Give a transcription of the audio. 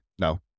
no